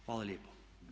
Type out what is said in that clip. Hvala lijepo.